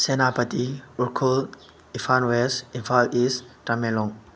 Senapati Ukhrul Imphal west Imphal east Tamenglong